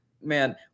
man